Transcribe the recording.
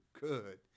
good